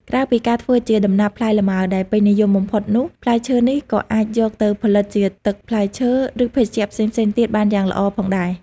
ក្រៅពីការធ្វើជា ដំណាប់ផ្លែលម៉ើ ដែលពេញនិយមបំផុតនោះ ផ្លែឈើនេះក៏អាចយកទៅផលិតជាទឹកផ្លែឈើ ឬភេសជ្ជៈផ្សេងៗទៀតបានយ៉ាងល្អផងដែរ។